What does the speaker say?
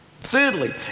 Thirdly